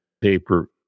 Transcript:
paper